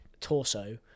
torso